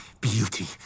beauty